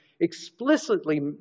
explicitly